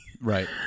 right